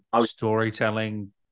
storytelling